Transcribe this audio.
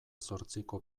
zortziko